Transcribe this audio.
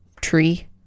tree